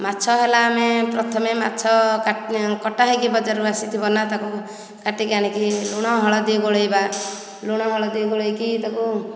ମାଛ ହେଲା ଆମେ ପ୍ରଥମେ ମାଛ କଟା ହୋଇ ବଜାରରୁ ଆସିଥିବ ନା ତାକୁ କାଟିକି ଆଣିକି ଲୁଣ ହଳଦି ଗୋଳେଇବା ଲୁଣ ହଳଦି ଗୋଳେଇକି ତାକୁ